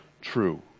true